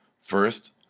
First